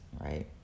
right